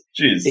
jeez